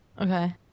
Okay